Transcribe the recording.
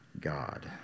God